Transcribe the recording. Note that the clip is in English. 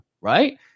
right